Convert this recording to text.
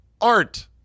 Art